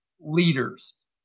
leaders